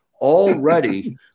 already